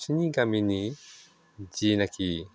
बिसोरनि गामिनि जेनाखि